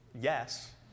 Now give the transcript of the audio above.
yes